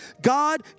God